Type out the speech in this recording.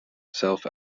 self